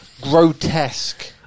grotesque